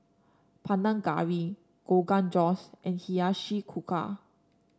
Panang Curry Rogan Josh and Hiyashi Chuka